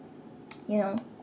you know